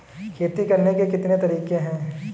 खेती करने के कितने तरीके हैं?